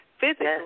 physically